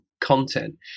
content